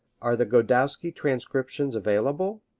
are the godowsky transcriptions available?